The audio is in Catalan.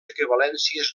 equivalències